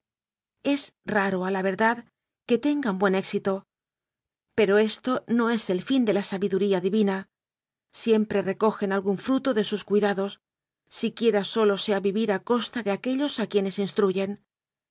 es raro a la verdad que tengan buen éxito pero esto no es el fin de la sabiduría divina siempre recogen algún fruto de sus cuidados siquiera sólo sea vivir a costa de aquellos a quienes instruyen